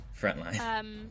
Frontline